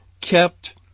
kept